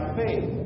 faith